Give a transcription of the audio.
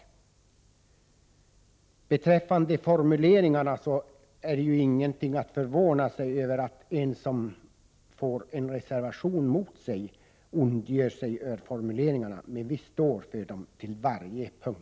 Beträffande formuleringarna är det ju ingenting att förvåna sig över att en som får en reservation mot sig ondgör sig över dessa. Men vi står för dem på varje punkt.